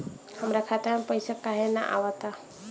हमरा खाता में पइसा काहे ना आव ता?